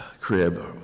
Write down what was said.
crib